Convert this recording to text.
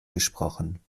gesprochen